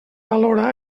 valora